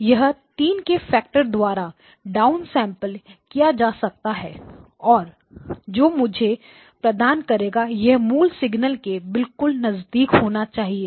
यह 3 के फैक्टर द्वारा डाउनसेंपल किया जा सकता है जो मुझे x2n प्रदान करेगा यह मूल सिग्नल के बिल्कुल नजदीक होना चाहिए